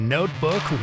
Notebook